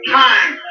time